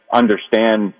understand